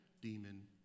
demon